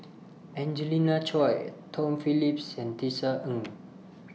Angelina Choy Tom Phillips and Tisa Ng